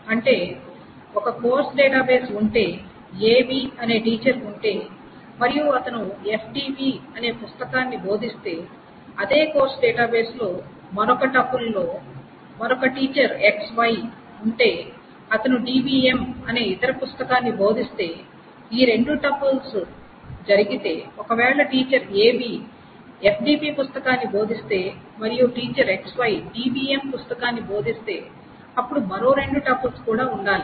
అంటే ఒక course database ఉంటే AB అనే టీచర్ ఉంటే మరియు అతను FDB అనే పుస్తకాన్ని బోధిస్తే అదే కోర్సు డేటాబేస్ లో మరొక టుపుల్ లో మరొక టీచర్ XY ఉంటే అతను DBM అనే ఇతర పుస్తకాన్ని బోధిస్తే ఈ రెండు టపుల్స్ జరిగితే ఒకవేళ టీచర్ AB FDB పుస్తకాన్ని బోధిస్తే మరియు టీచర్ XY DBM పుస్తకాన్ని బోధిస్తే అప్పుడు మరో రెండు టపుల్స్ కూడా ఉండాలి